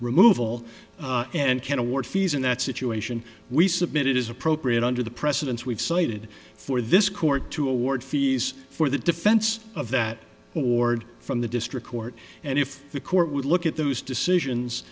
removal and can award fees in that situation we submit it is appropriate under the presidents we've cited for this court to award fees for the defense of that award from the district court and if the court would look at those decisions